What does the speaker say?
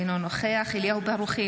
אינו נוכח אליהו ברוכי,